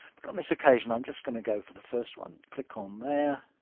but on this occasion, i'm just going to go for the first one, click on there,